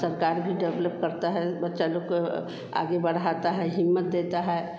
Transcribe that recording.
सरकार भी डेवलप करती है बच्चे लोग को आगे बढ़ाती है हिम्मत देती है